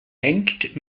hängt